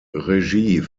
regie